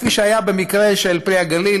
כפי שהיה במקרה של פרי הגליל